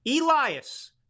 Elias